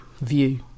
view